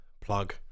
plug